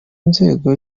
nzego